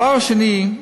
הדבר השני,